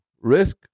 risk